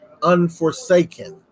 Unforsaken